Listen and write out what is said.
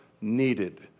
needed